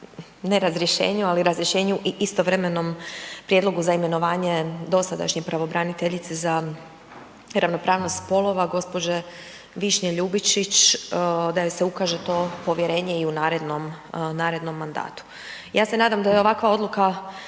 ne razrješenju, ali razrješenju i istovremenom prijedlogu za imenovanje dosadašnje pravobraniteljice za ravnopravnost spolove gđe. Višnje Ljubičić da joj se ukaže to povjerenje i u narednom, narednom mandatu. Ja se nadam da je ovakva odluka